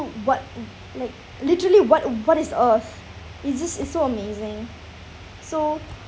what like literally what what is earth it's just it's so amazing so